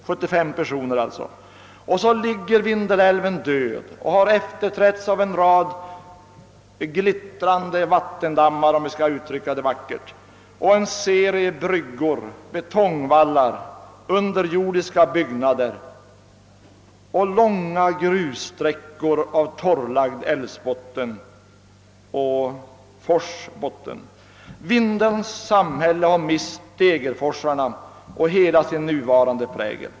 Så ligger Vindelälven död och har efterträtts av en rad glittrande vattendammar — om vi skall uttrycka det vackert — och en serie bryggor, betongvallar, underjordiska byggnader och långa grussträckor av torrlagd älvbotten och forsbotten. Vindelns samhälle har mist Degerforsarna och förlorat hela sin gamla prägel.